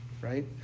right